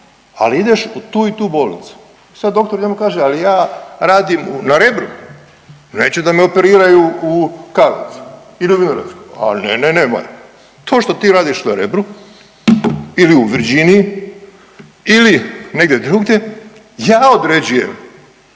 ali ideš u tu i tu bolnicu, sad doktor njemu kaže ali ja radim na Rebru, neću da me operiraju u Karlovcu ili u Vinogradskoj, a ne, ne, ne, to što ti radiš na Rebru ili u Virginiji ili negdje drugdje, ja određujem